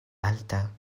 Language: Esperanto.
alta